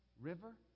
river